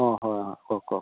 অঁ হয় অঁ কওক কওক